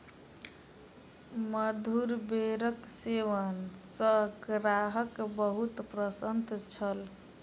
मधुर बेरक सेवन सॅ ग्राहक बहुत प्रसन्न छल